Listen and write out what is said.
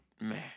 Man